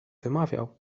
wymawiał